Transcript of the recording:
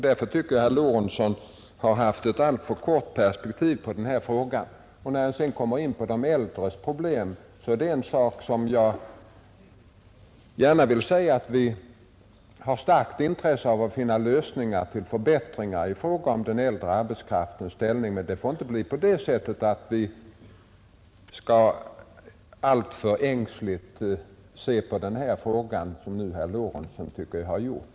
Därför tycker jag att herr Lorentzon har anlagt ett alltför kort perspektiv på denna fråga. När han sedan kommer in på de äldres problem, vill jag gärna säga att vi har starkt intresse av att finna lösningar som kan förbättra den äldre arbetskraftens ställning. Men det får inte bli så att vi ser på den saken alltför ängsligt, som jag tycker att herr Lorentzon har gjort.